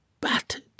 battered